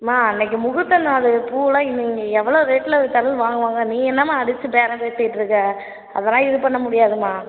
அம்மா இன்றைக்கு முகூர்த்த நாள் பூவெலாம் இ எவ்வளோ ரேட்டில் விற்றாலும் வாங்குவாங்க நீ என்னம்மா அடிச்சு பேரம் பேசிகிட்டுருக்க அதெல்லாம் இது பண்ண முடியாதும்மா